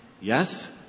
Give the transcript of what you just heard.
yes